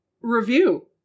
review